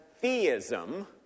theism